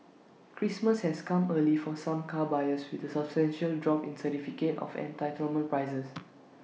Christmas has come early for some car buyers with A substantial drop in certificate of entitlement prices